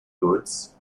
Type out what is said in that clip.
goods